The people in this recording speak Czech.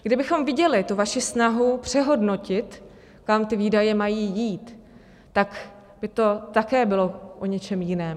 Kdybychom viděli vaši snahu přehodnotit, kam výdaje mají jít, tak by to také bylo o něčem jiném.